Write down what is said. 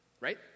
right